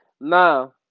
Now